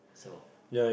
so